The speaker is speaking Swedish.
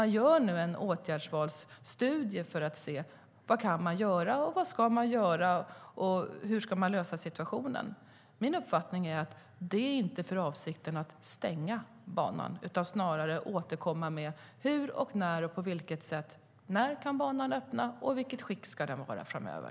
Man gör nu en åtgärdsvalsstudie för att se vad man kan och ska göra för att lösa situationen. Min uppfattning är att avsikten inte är att stänga banan utan snarare att återkomma med uppgifter om hur och när banan kan öppna och vilket skick den ska vara i framöver.